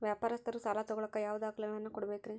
ವ್ಯಾಪಾರಸ್ಥರು ಸಾಲ ತಗೋಳಾಕ್ ಯಾವ ದಾಖಲೆಗಳನ್ನ ಕೊಡಬೇಕ್ರಿ?